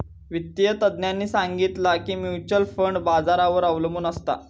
वित्तिय तज्ञांनी सांगितला की म्युच्युअल फंड बाजारावर अबलंबून असता